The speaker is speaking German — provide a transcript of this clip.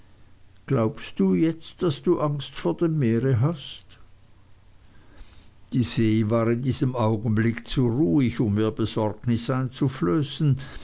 glaubst du jetzt nicht daß du angst vor dem meere hast die see war in diesem augenblick zu ruhig um mir besorgnis